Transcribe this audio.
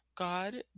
God